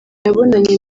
yabonanye